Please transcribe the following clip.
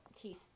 teeth